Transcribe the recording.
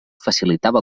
facilitava